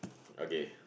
okay